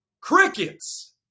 Crickets